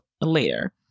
later